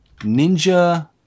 Ninja